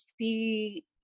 see